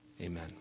Amen